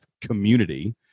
community